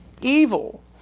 evil